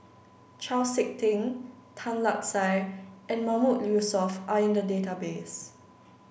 Chau Sik Ting Tan Lark Sye and Mahmood Yusof are in the database